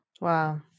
wow